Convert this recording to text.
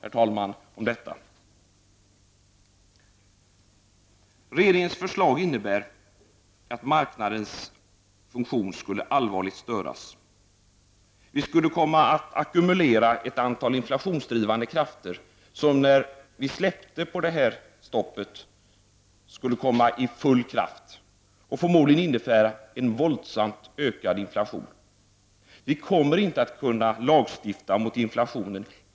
Ett genomförande av regeringens förslag skulle innebära att marknadens funktion skulle störas allvarligt. Vi skulle ackumulera ett antal inflationsdrivande krafter, som när vi släppte på det här stoppet skulle få full kraft. Förmodligen skulle det bli en våldsam ökning av inflationen. Vi kommer inte att kunna lagstifta mot inflationen.